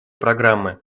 программы